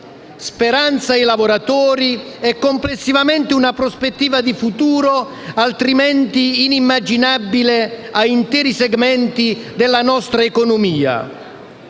speranza ai lavoratori e complessivamente una prospettiva di futuro altrimenti inimmaginabile a interi segmenti della nostra economia,